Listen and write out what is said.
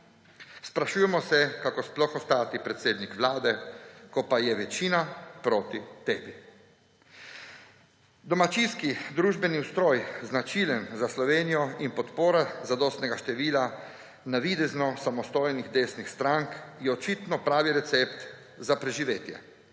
Sprašujemo se, kako sploh ostajati predsednik vlade, ko pa je večina proti tebi. Domačijski družbeni ustroj, značilen za Slovenijo, in podpora zadostnega števila navidezno samostojnih desnih strank je očitno pravi recept za preživetje,